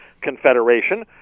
confederation